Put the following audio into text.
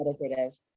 meditative